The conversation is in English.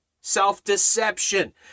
self-deception